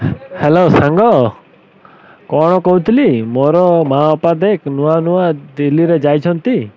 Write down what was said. hello ସାଙ୍ଗ କ'ଣ କହୁଥିଲି ମୋର ମା' ବାପା ଦେଖ ନୂଆ ନୂଆ ଦିଲ୍ଲୀରେ ଯାଇଛନ୍ତି